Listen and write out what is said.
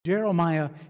Jeremiah